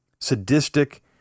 sadistic